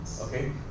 okay